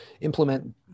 implement